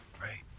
Right